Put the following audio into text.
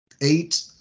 eight